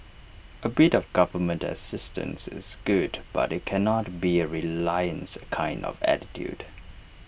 A bit of government assistance is good but IT cannot be A reliance kind of attitude